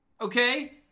Okay